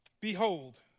Behold